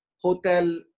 hotel